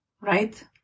right